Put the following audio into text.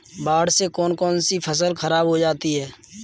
बाढ़ से कौन कौन सी फसल खराब हो जाती है?